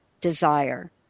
desire